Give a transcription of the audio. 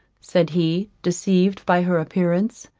said he, deceived by her appearance,